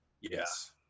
yes